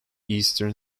eastern